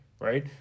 right